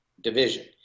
division